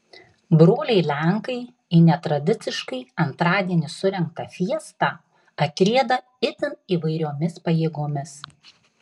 broliai lenkai į netradiciškai antradienį surengtą fiestą atrieda itin įvairiomis pajėgomis